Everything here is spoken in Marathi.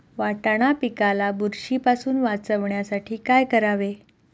वाटाणा पिकाला बुरशीपासून वाचवण्यासाठी काय करावे?